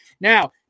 Now